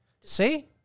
See